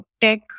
tech